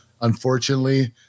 unfortunately